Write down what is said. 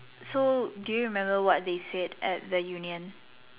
so do you remember what they said at the union